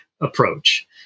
approach